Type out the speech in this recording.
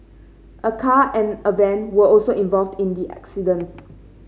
a car and a van were also involved in the accident